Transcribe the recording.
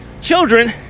children